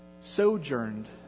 sojourned